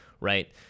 right